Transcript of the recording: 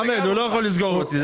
חמד, הוא לא יכול לסגור אותי.